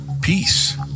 Peace